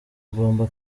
ugomba